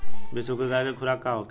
बिसुखी गाय के खुराक का होखे?